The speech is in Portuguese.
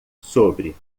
sobre